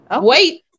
Wait